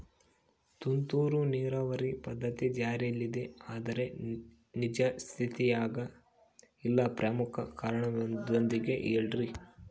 ತುಂತುರು ನೇರಾವರಿ ಪದ್ಧತಿ ಜಾರಿಯಲ್ಲಿದೆ ಆದರೆ ನಿಜ ಸ್ಥಿತಿಯಾಗ ಇಲ್ಲ ಪ್ರಮುಖ ಕಾರಣದೊಂದಿಗೆ ಹೇಳ್ರಿ?